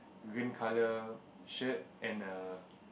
green colour shirt and a